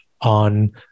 on